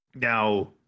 now